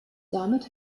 damit